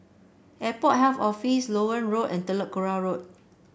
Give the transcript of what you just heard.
Airport Health Office Loewen Road and Telok Kurau Road